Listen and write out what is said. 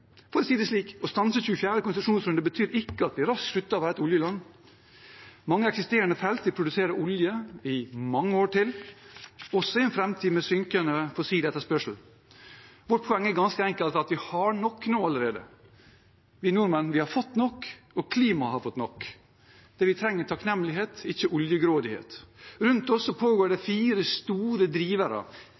for det. For å si det slik: Å stanse 24. konsesjonsrunde betyr ikke at vi raskt slutter å være et oljeland. Mange eksisterende felt vil produsere olje i mange år til, også i en framtid med synkende fossil etterspørsel. Vårt poeng er ganske enkelt at vi allerede har nok. Vi nordmenn har fått nok, og klimaet har fått nok. Det vi trenger, er takknemlighet, ikke oljegrådighet. Rundt oss pågår det fire store drivere,